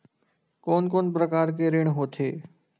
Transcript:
कोन कोन प्रकार के ऋण होथे?